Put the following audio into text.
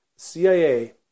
CIA